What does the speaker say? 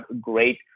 great